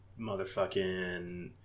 Motherfucking